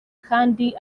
kandi